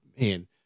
man